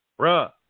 Bruh